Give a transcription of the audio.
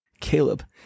Caleb